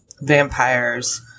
vampires